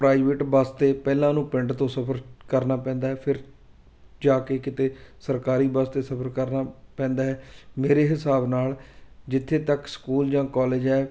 private bus 'ਤੇ ਪਹਿਲਾਂ ਉਹਨੂੰ ਪਿੰਡ ਤੋਂ ਸਫਰ ਕਰਨਾ ਪੈਂਦਾ ਹੈ ਫਿਰ ਜਾ ਕੇ ਕਿਤੇ ਸਰਕਾਰੀ ਬੱਸ 'ਤੇ ਸਫਰ ਕਰਨਾ ਪੈਂਦਾ ਹੈ ਮੇਰੇ ਹਿਸਾਬ ਨਾਲ ਜਿੱਥੇ ਤੱਕ ਸਕੂਲ ਜਾਂ ਕਾਲਜ ਹੈ